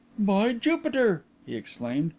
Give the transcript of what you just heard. by jupiter! he exclaimed.